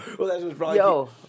Yo